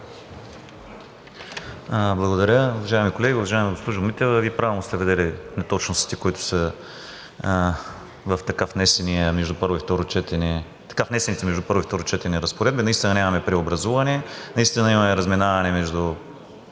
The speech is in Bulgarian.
Благодаря. Уважаеми колеги! Уважаема госпожо Митева, Вие правилно сте видели неточностите, които са в така внесените между първо и второ четене разпоредби. Наистина нямаме преобразуване, наистина имаме разминаване между